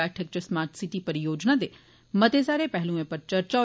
बैठक इच smart city परियोजना दे मते सारे पहलुएं उप्पर चर्चा होई